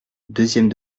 deuxième